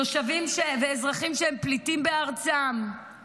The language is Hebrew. תושבים ואזרחים שהם פליטים בארצם,